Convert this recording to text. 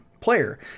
player